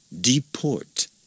deport